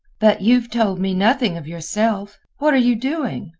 but you have told me nothing of yourself. what are you doing?